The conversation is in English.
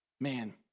Man